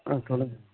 ஆ சொல்லுங்கள்